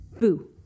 Boo